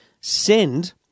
send